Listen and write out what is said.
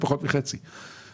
מספרם היה חצי ממספרם היום.